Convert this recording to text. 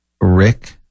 Rick